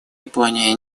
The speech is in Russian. японии